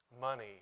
money